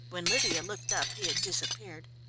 when lydia looked up he had disappeared.